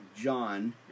John